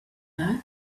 though